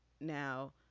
Now